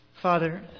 Father